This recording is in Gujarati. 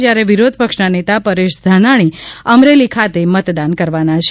જ્યારે વિરોધ પક્ષના નેતા પરેશ ધાનાણી અમરેલી ખાતે મતદાન કરવાના છે